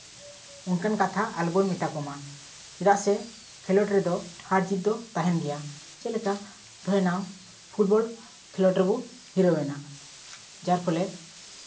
ᱚᱱᱠᱟᱱ ᱠᱟᱛᱷᱟ ᱟᱞᱚ ᱵᱚᱱ ᱢᱮᱛᱟ ᱠᱚᱢᱟ ᱪᱮᱫᱟᱜ ᱥᱮ ᱠᱷᱮᱞᱳᱰ ᱨᱮᱫᱚ ᱦᱟᱨ ᱡᱤᱛ ᱫᱚ ᱛᱟᱦᱮᱱ ᱜᱮᱭᱟ ᱪᱮᱫ ᱞᱮᱠᱟ ᱫᱷᱚᱨᱮ ᱱᱟᱣ ᱯᱷᱩᱴᱵᱚᱞ ᱠᱷᱮᱞᱚᱰ ᱨᱮᱵᱚ ᱦᱤᱨᱟᱹᱣ ᱮᱱᱟ ᱡᱟᱨᱯᱷᱚᱞᱮ